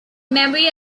memory